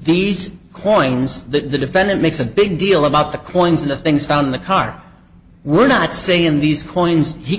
these coins that the defendant makes a big deal about the coins into things found in the car we're not saying in these coins he